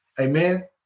Amen